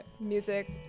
music